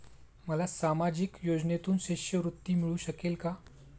मला सामाजिक योजनेतून शिष्यवृत्ती मिळू शकेल का?